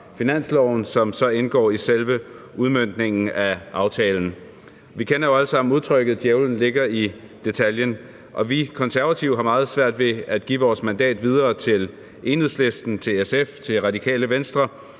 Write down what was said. finansloven, som så indgår i selve udmøntningen af aftalen. Vi kender jo alle sammen udtrykket djævlen ligger i detaljen, og vi Konservative har meget svært ved at give vores mandat videre til Enhedslisten, til SF, til Radikale Venstre